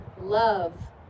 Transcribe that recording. love